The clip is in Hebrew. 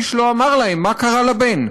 איש לא אמר להם מה קרה לבן.